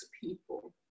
people